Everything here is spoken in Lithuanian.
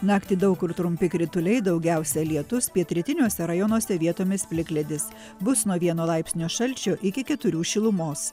naktį daug kur trumpi krituliai daugiausia lietus pietrytiniuose rajonuose vietomis plikledis bus nuo vieno laipsnio šalčio iki keturių šilumos